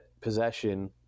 possession